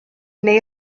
neu